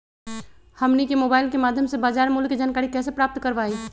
हमनी के मोबाइल के माध्यम से बाजार मूल्य के जानकारी कैसे प्राप्त करवाई?